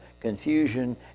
confusion